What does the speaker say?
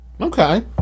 Okay